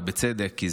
ובצדק,